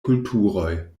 kulturoj